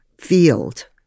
field